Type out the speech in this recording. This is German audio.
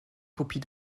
kopie